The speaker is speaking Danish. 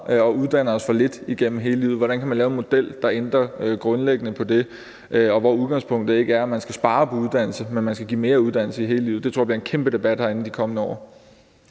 og uddanner os for lidt igennem hele livet. Hvordan kan man lave en model, der ændrer grundlæggende på det, så udgangspunktet ikke er, at man skal spare på uddannelse, men at man skal give mere uddannelse i hele livet? Det tror jeg bliver en kæmpe debat herinde de kommende år.